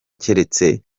keretse